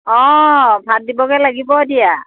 অঁ ভাত দিবগৈ লাগিব এতিয়া